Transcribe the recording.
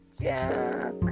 Jack